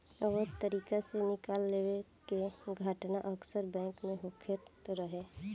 अवैध तरीका से निकाल लेवे के घटना अक्सर बैंक में होखत रहे